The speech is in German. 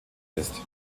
ist